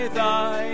thy